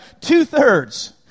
two-thirds